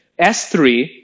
S3